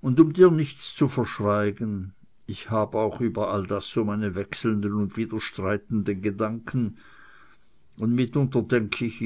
und um dir nichts zu verschweigen ich hab auch über all das so meine wechselnden und widerstreitenden gedanken und mitunter denk ich